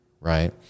right